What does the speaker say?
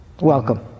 welcome